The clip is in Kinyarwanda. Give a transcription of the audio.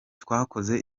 twakoze